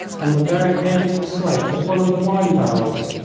on the very edge of the slope was one of the wine-barrels.